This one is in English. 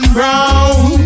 Brown